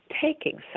taking